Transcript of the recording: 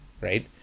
right